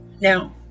Now